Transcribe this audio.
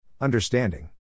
Understanding